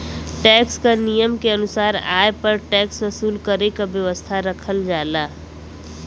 tax क नियम के अनुसार आय पर टैक्स वसूल करे क व्यवस्था रखल जाला